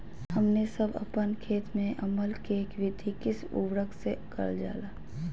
हमने सब अपन खेत में अम्ल कि वृद्धि किस उर्वरक से करलजाला?